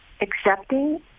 accepting